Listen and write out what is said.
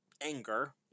anger